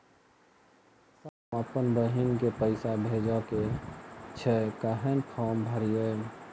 Sir हम अप्पन बहिन केँ पैसा भेजय केँ छै कहैन फार्म भरीय?